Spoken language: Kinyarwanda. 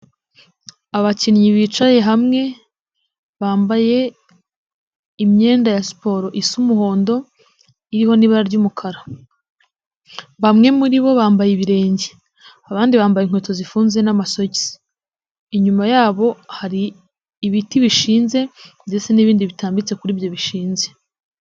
Abakinnyi bicaye hamwe bambaye imyenda ya siporo isa umuhondo iriho n'ibara ry'umukara. Bamwe muri bo bambaye ibirenge, abandi bambaye inkweto zifunze n'amasogisi, inyuma yabo hari ibiti bishinze ndetse n'ibindi bitambitse kuri byo bishinze.